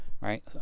right